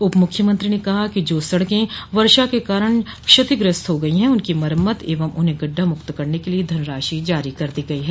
उप मुख्यमंत्री ने कहा कि जो सड़के वर्षा के कारण क्षतिग्रस्त हो गई है उनकी मरम्मत एवं उन्हें गढ्ढा मुक्त करने के लिए धनराशि जारी कर दी गई है